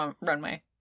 Runway